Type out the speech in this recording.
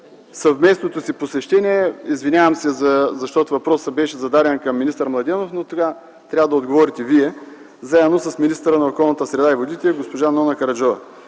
съвместното си посещение (извинявам се, защото въпросът беше зададен към министър Младенов, но сега трябва да отговорите Вие), заедно с министъра на околната среда и водите госпожа Нона Караджова.